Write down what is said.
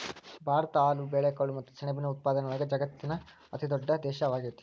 ಭಾರತ ಹಾಲು, ಬೇಳೆಕಾಳು ಮತ್ತ ಸೆಣಬಿನ ಉತ್ಪಾದನೆಯೊಳಗ ವಜಗತ್ತಿನ ಅತಿದೊಡ್ಡ ದೇಶ ಆಗೇತಿ